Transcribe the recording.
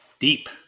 deep